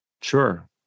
Sure